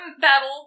battle